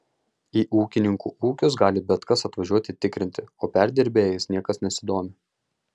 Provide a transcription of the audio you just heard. į ūkininkų ūkius gali bet kas atvažiuoti tikrinti o perdirbėjais niekas nesidomi